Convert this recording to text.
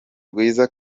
rwiza